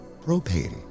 Propane